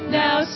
now